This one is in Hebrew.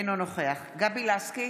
אינו נוכח גבי לסקי,